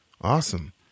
Awesome